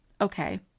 okay